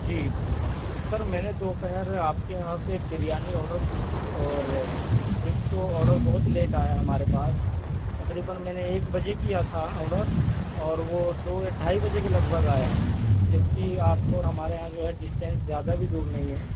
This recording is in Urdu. جی سر میں نے دوپہر آپ کے یہاں سے بریانی آڈر کی تھی اور ایک تو آڈر بہت لیٹ آیا ہمارے پاس تقریباً میں نے ایک بجے کیا تھا آڈر اور وہ دو یا ڈھائی بجے کے لگ بھگ آیا جبکہ آپ کو اور ہمارے یہاں جو ہے ڈسٹینس زیادہ بھی دور نہیں ہے